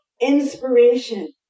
inspiration